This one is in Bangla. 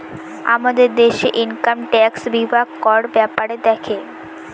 আমাদের দেশে ইনকাম ট্যাক্স বিভাগ কর ব্যাপারে দেখে